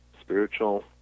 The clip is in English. spiritual